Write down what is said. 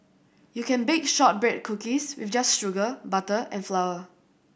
you can bake shortbread cookies with just sugar butter and flour